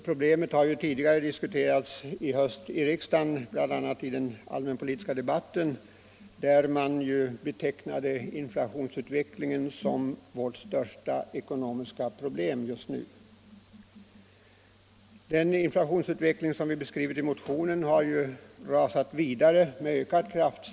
Problemet har ju diskuterats i riksdagen tidigare under hösten, bl.a. i den allmänpolitiska debatten, där man betecknade inflationsutvecklingen som vårt största ekonomiska problem just nu. Den inflationsutveckling som vi beskrivit i den i januari väckta motionen har sedan dess rusat vidare med ökat kraft.